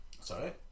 sorry